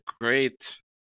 great